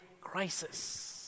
crisis